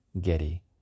Getty